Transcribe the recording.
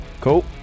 Cool